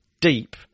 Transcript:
deep